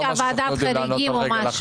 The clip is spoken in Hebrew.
בכסף הזה הוא גם מכלכל אותו,